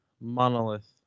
monolith